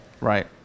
Right